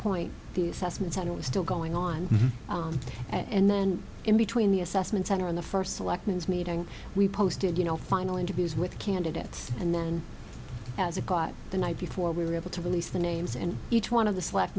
point the assessments and it was still going on and then in between the assessment center in the first selectman is meeting we posted you know final interviews with candidates and then as it got the night before we were able to release the names and each one of the s